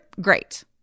Great